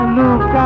look